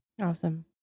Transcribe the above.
Awesome